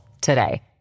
today